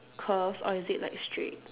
curves or is it like straight